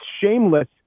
shameless